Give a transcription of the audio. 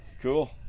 Cool